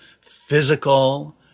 physical